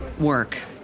work